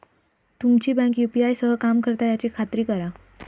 तुमची bank UPI सह काम करता याची खात्री करा